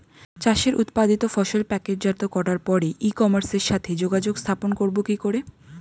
চাষের উৎপাদিত ফসল প্যাকেটজাত করার পরে ই কমার্সের সাথে যোগাযোগ স্থাপন করব কি করে?